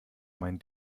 mein